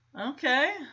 Okay